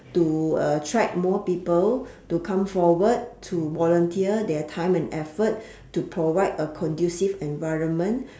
to attract more people to come forward to volunteer their time and effort to provide a conducive environment